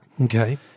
Okay